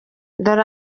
dore